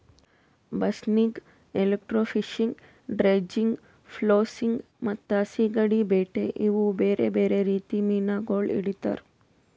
ಬಸ್ನಿಗ್, electrofishing, dredging, ಫ್ಲೋಸಿಂಗ್ ಮತ್ತ ಸೀಗಡಿ ಬೇಟೆ ಇವು ಬೇರೆ ಬೇರೆ ರೀತಿ ಮೀನಾಗೊಳ್ ಹಿಡಿತಾರ್